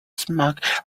smoke